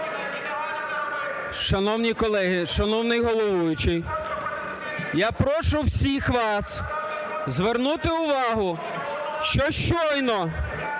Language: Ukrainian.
Шановні колеги! Шановний Головуючий! Я прошу всіх вас звернути увагу, що щойно